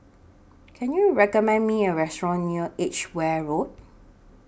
Can YOU recommend Me A Restaurant near Edgware Road